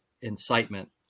incitement